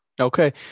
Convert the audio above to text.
Okay